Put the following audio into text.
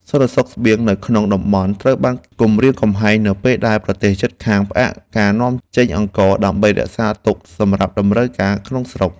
សន្តិសុខស្បៀងនៅក្នុងតំបន់ត្រូវបានគំរាមកំហែងនៅពេលដែលប្រទេសជិតខាងផ្អាកការនាំចេញអង្ករ ដើម្បីរក្សាទុកសម្រាប់តម្រូវការក្នុងស្រុក។